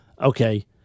Okay